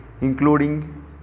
including